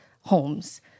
homes